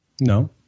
No